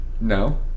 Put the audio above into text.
No